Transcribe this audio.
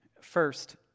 First